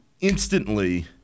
instantly